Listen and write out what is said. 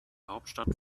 hauptstadt